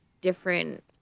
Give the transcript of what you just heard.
different